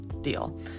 deal